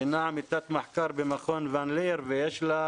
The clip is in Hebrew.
שהיא עמיתת מחקר במכון ון ליר, ויש לה